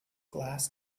glass